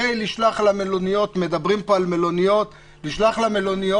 הרי לשלוח למלוניות מדברים פה על מלוניות לשלוח למלוניות,